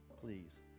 please